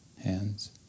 hands